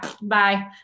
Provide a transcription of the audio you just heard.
Bye